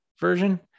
version